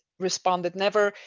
responded never.